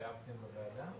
שהתחייבתם בוועדה?